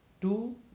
two